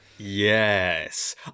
yes